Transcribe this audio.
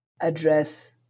address